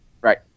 Right